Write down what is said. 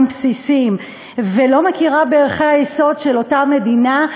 בסיסיים ולא מכירה בערכי היסוד של אותה מדינה,